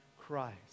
Christ